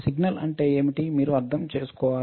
signal అంటే ఏమిటి మీరు అర్థం చేసుకోవాలి